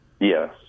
Yes